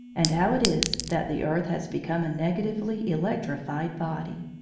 and how it is that the earth has become a negatively electrified body.